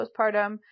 postpartum